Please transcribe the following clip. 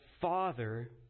father